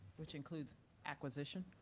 which includes acquisition?